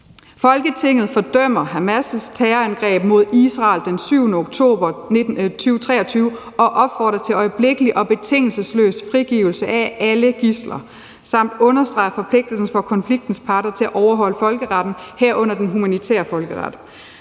»Folketinget fordømmer Hamas’ terrorangreb mod Israel den 7. oktober 2023 og opfordrer til øjeblikkelig og betingelsesløs frigivelse af alle gidsler samt understreger forpligtelsen for konfliktens parter til at overholde folkeretten, herunder den humanitære folkeret.